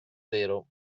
zero